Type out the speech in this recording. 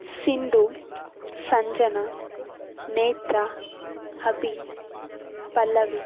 Sindhu Sanjana Netra Abhi Pallavi